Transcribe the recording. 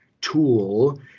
tool –